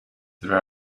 there